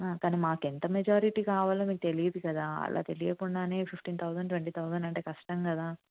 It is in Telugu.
కానీ మాకు ఎంత మెజారిటీ కావాలో మీకు తెలీదు కదా అలా తెలియకుండానే ఫిఫ్టీన్ థౌజండ్ ట్వెంటీ థౌజండ్ అంటే కష్టం కదా